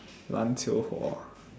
篮球火